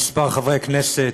כמה חברי כנסת,